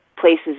Places